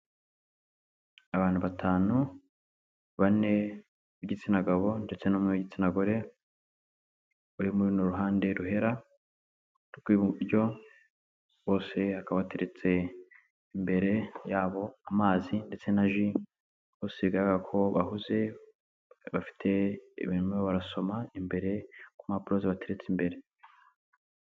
Abantu batanu, bane b'igitsina gabo ndetse n'umwe w'igitsina gore, uri muri runo ruhande ruhera rw'iburyo, bose hakaba hateretse imbere yabo amazi ndetse na ji, bose bigaragara ko bahuze, bafite ibintu barimo barasoma, imbere ku mpapuro zibateretse imbere.